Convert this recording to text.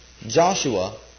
Joshua